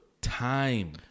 Time